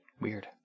Weird